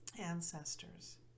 ancestors